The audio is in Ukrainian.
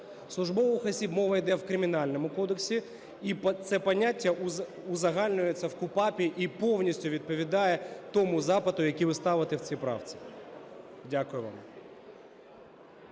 Службових осіб – мова йде в Кримінальному кодексі. І це поняття узагальнюється в КУпАП і повністю відповідає тому запиту, який ви ставите в цій правці. Дякую вам.